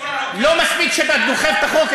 לא מספיק שאתה דוחף את החוק,